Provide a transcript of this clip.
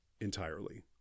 entirely